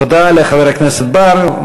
תודה לחבר הכנסת בר.